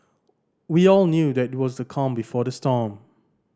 we all knew that it was the calm before the storm